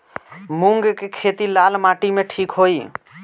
मूंग के खेती लाल माटी मे ठिक होई?